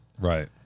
right